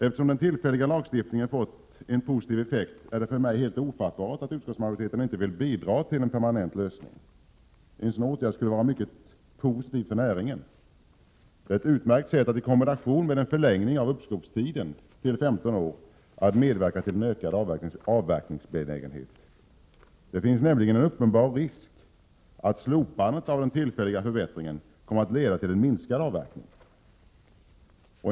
Eftersom den tillfälliga lagstiftningen har fått en positiv effekt, är det för mig helt ofattbart att utskottsmajoriteten inte vill bidra till en permanent lösning. En sådan åtgärd skulle vara mycket positiv för näringen. Det är ett utmärkt sätt, i kombination med en förlängning av uppskovstiden till 15 år, 55 att medverka till en ökad avverkningsbenägenhet. Det finns nämligen en uppenbar risk att slopandet av den tillfälliga förbättringen kommer att leda till en minskad avverkning.